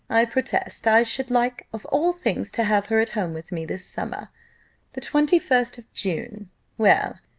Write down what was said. i protest i should like of all things to have her at home with me this summer the twenty first of june well,